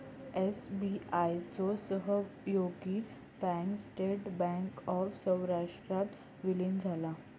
SBI चो सहयोगी bank State Bank of सौराष्ट्रात विलीन झाला